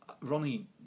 Ronnie